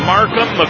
Markham